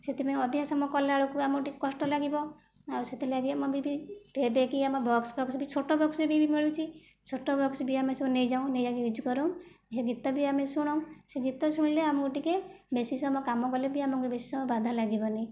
ସେଥିପାଇଁ ଅଧିକା ସମୟ କଲାବେଳେକୁ ଆମକୁ ଟିକିଏ କଷ୍ଟ ଲାଗିବ ଆଉ ସେଥିଲାଗି ମୁଁ ବି ବି ଏବେକି ଆମ ବକ୍ସ ଫକ୍ସ ବି ଛୋଟ ବକ୍ସ ବି ମିଳୁଛି ଛୋଟ ବକ୍ସ ବି ଆମେ ସବୁ ନେଇଯାଉ ନେଇ ଆମେ ୟୁଜ କରୁ ହେ ଗୀତ ବି ଆମେ ଶୁଣୁ ସେ ଗୀତ ଶୁଣିଲେ ଆମକୁ ଟିକିଏ ବେଶୀ ସମୟ କାମ କଲେବି ଆମକୁ ବେଶୀ ସମୟ ବାଧା ଲାଗିବନି